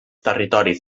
territoris